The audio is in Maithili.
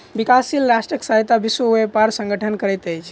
विकासशील राष्ट्रक सहायता विश्व व्यापार संगठन करैत अछि